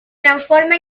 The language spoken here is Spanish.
transforma